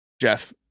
Jeff